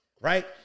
right